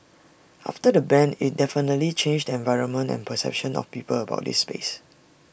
after the ban IT definitely changed the environment and perception of people about this space